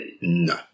No